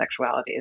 sexualities